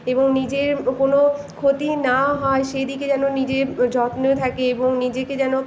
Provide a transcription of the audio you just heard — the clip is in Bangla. এবং নিজের কোনো ক্ষতি না হয় সেই দিকে যেন নিজে যত্ন থাকে এবং নিজেকে যেন